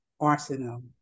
arsenal